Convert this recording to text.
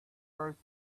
first